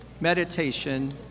meditation